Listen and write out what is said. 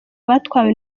batwawe